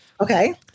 okay